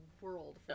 world